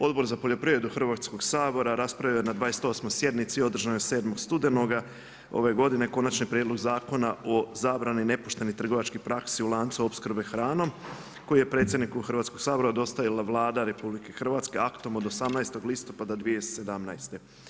Odbor za poljoprivredu Hrvatskog sabora raspravio je na 28. sjednici održanoj 7. studenoga ove godine Konačni prijedlog Zakona o zabrani nepoštenih trgovačkih praksi u lancu opskrbe hranom koji je predsjedniku Hrvatskog sabora dostavila Vlada RH aktom od 18. listopada 2017.